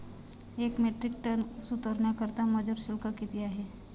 एक metric ton ऊस उतरवण्याकरता मजूर शुल्क किती आहे?